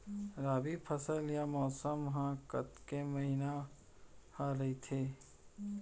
रबि फसल या मौसम हा कतेक महिना हा रहिथे?